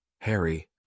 Harry